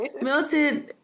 Milton